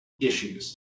issues